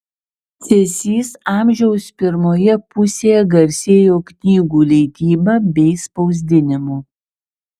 cėsys amžiaus pirmoje pusėje garsėjo knygų leidyba bei spausdinimu